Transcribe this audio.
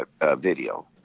video